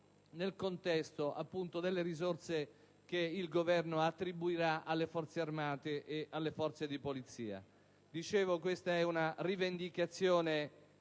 nel contesto, appunto, delle risorse che il Governo attribuirà alle Forze armate e alle Forze di polizia. Questa è una rivendicazione